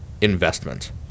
investment